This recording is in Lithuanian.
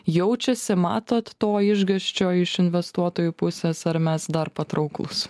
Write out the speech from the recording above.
jaučiasi matot to išgąsčio iš investuotojų pusės ar mes dar patrauklūs